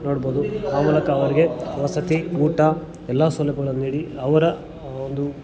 ನೋಡ್ಬೌದು ಆ ಮೂಲಕ ಅವ್ರಿಗೆ ವಸತಿ ಊಟ ಎಲ್ಲ ಸೌಲಭ್ಯಗಳನ್ನ ನೀಡಿ ಅವರ ಒಂದು